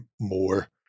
more